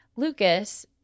Lucas